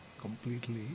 completely